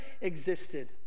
existed